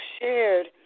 shared